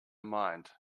mind